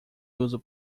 uso